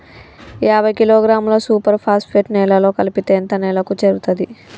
యాభై కిలోగ్రాముల super phosphate నేలలో కలిపితే ఎంత నేలకు చేరుతది?